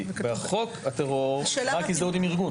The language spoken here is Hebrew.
שבחוק הטרור רק הזדהות עם ארגון,